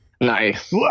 Nice